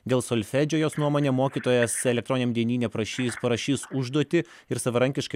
dėl solfedžio jos nuomone mokytojas elektroniniam dienyne prašys parašys užduotį ir savarankiškai